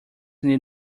need